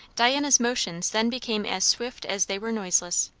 diana's motions then became as swift as they were noiseless.